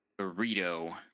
burrito